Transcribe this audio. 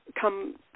come